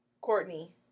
Courtney